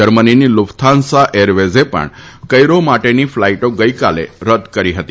જર્મનીની Lufthansa એરવાજાપણ Cairo માટેની ફ્લાઇટો ગઇકાલાર્ટદ કરી હતી